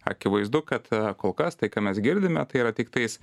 akivaizdu kad kol kas tai ką mes girdime tai yra tiktais